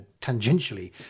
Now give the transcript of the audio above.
tangentially